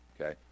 Okay